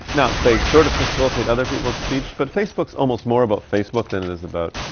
now they sort of facilitate other people's speech, but facebook's almost more about facebook than it is about,